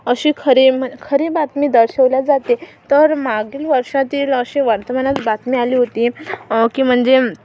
अशी खरी खरी बातमी दर्शवली जाते तर मागील वर्षातील अशी वर्तमानांत बातमी आली होती की म्हणजे